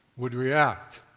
would react.